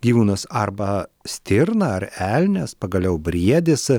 gyvūnas arba stirna ar elnias pagaliau briedis